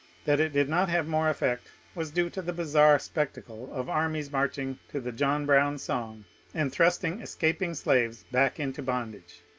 that it did not have more effect was due to the bizarre specta cle of armies marching to the john brown song and thrust ing escaping slaves back into bondage.